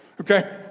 okay